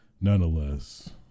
nonetheless